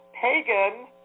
pagan